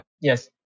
Yes